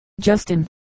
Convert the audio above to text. Justin